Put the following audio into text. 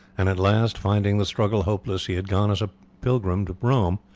and at last, finding the struggle hopeless, he had gone as a pilgrim to rome,